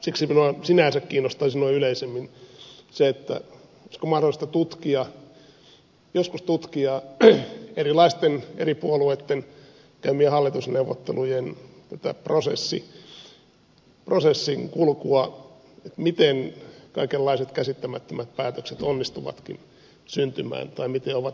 siksi minua sinänsä kiinnostaisi noin yleisemmin se olisiko mahdollista joskus tutkia erilaisten eri puolueitten käymien hallitusneuvottelujen prosessin kulkua että miten kaikenlaiset käsittämättömät päätökset onnistuvatkin syntymään tai miten ovat onnistumatta syntymään